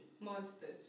Monsters